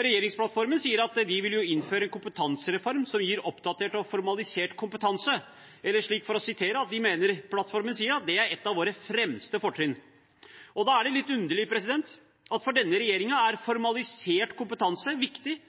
Regjeringsplattformen sier at de vil innføre en kompetansereform som gir oppdatert og formalisert kompetanse, eller for å sitere plattformen: «Det er òg eit av våre fremste fortrinn.» Da er det litt underlig at for denne regjeringen er